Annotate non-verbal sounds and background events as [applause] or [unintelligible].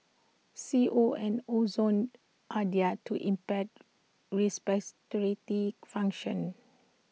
C O and ozone are they are to impair [unintelligible] functions